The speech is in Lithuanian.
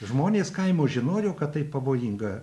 žmonės kaimo žinojo kad tai pavojinga